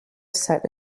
set